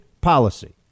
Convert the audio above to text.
policy